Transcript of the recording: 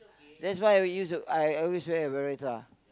that's why I will use I always wear a